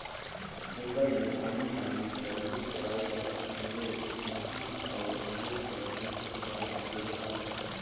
जंगल मे आनी बानी कर रूख राई कर संघे मउहा अउ अंगुर कर रूख राई ढेरे अहे